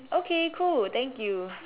okay cool thank you